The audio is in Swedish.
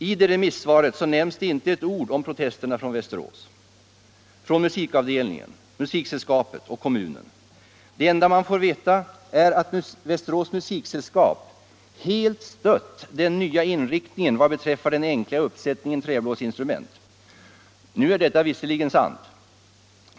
I detta remissvar nämns det inte ett ord om protesterna från Västerås — från musikavdelningen, musiksällskapet och kommunen. Det enda man får veta är att Västerås musiksällskap ”helt stött den nya inriktningen vad beträffar den enkla uppsättningen träblåsinstrument”. Detta är visserligen sant.